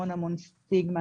המון המון סטיגמה,